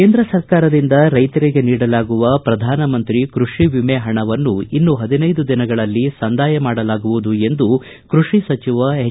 ಕೇಂದ್ರ ಸರ್ಕಾರದಿಂದ ರೈತರಿಗೆ ನೀಡಲಾಗುವ ಪ್ರಧಾನ ಮಂತ್ರಿ ಕೃಷಿ ವಿಮೆ ಹಣವನ್ನು ಇನ್ನು ಹದಿನೈದು ದಿನಗಳಲ್ಲಿ ಸಂದಾಯ ಮಾಡಲಾಗುವದು ಎಂದು ಕೈಷಿ ಸಚಿವ ಎಚ್